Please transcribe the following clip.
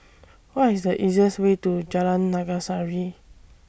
What IS The easiest Way to Jalan Naga Sari